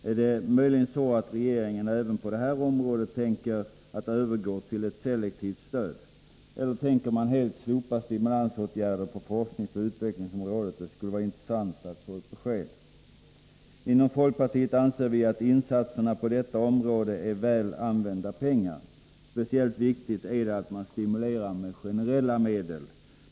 Är det möjligen så att regeringen även på detta område tänker övergå till ett selektivt stöd? Eller tänker man helt slopa stimulansåtgärder på forskningsoch utvecklingsområdet? Det skulle vara intressant att få ett besked på den punkten. Inom folkpartiet anser vi att insatserna på detta område är väl använda pengar. Speciellt viktigt är det att man stimulerar med generella medel.